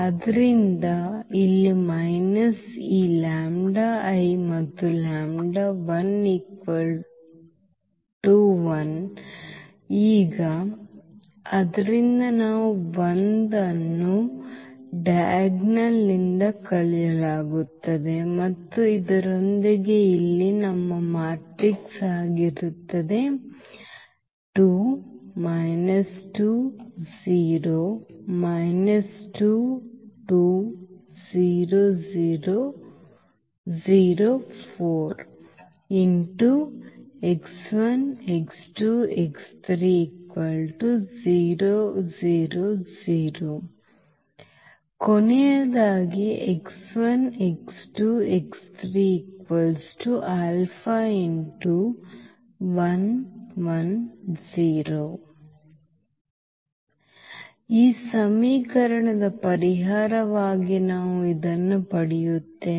ಆದ್ದರಿಂದ ಇಲ್ಲಿ ಮೈನಸ್ ಈ λI ಮತ್ತು ಈಗ ಆದ್ದರಿಂದ 1 ಅನ್ನು ಕರ್ಣದಿಂದ ಕಳೆಯಲಾಗುತ್ತದೆ ಮತ್ತು ಇದರೊಂದಿಗೆ ಇಲ್ಲಿ ನಮ್ಮ ಮ್ಯಾಟ್ರಿಕ್ಸ್ ಆಗಿರುತ್ತದೆ ಈ ಸಮೀಕರಣದ ಪರಿಹಾರವಾಗಿ ನಾವು ಇದನ್ನು ಪಡೆಯುತ್ತೇವೆ